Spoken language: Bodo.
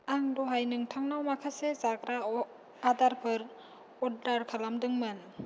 आं दहाय नोंथांनाव माखासे जाग्रा आदारफोर अरदार खालामदोंमोन